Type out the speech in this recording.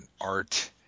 art